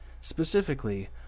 Specifically